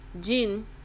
Jean